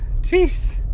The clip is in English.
Jeez